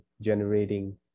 generating